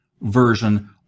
version